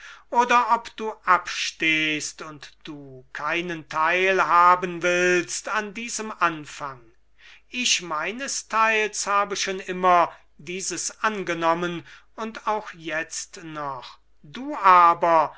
oder ob du abstehst und du keinen teil haben willst an diesem anfang ich meinesteils habe schon immer dieses angenommen und auch jetzt noch du aber